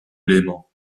léman